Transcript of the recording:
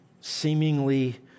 seemingly